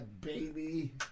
baby